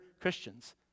Christians